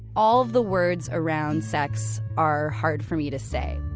all of the words around sex are hard for me to say.